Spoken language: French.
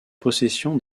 possession